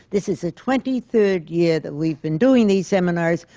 this is the twenty third year that we've been doing these seminars,